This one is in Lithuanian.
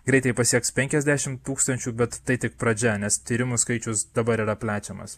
greitai pasieks penkiasdešimt tūkstančių bet tai tik pradžia nes tyrimų skaičius dabar yra plečiamas